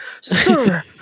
sir